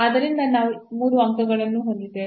ಆದ್ದರಿಂದ ನಾವು 3 ಪಾಯಿಂಟ್ಗಳನ್ನು ಹೊಂದಿದ್ದೇವೆ